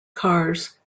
cars